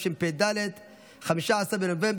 חרבות ברזל)